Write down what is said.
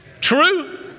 True